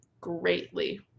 greatly